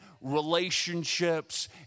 relationships